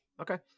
Okay